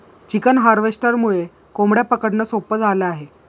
chicken हार्वेस्टरमुळे कोंबड्या पकडणं सोपं झालं आहे